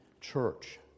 church